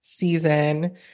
season